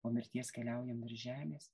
po mirties keliaujam viršvžemės